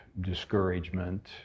discouragement